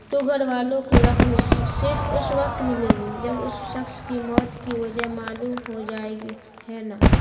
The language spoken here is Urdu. تو گھر والوں کو رقم صرف اس وقت ملے گی جب اس شخص کی موت کی وجہ معلوم ہو جائے گی ہے نا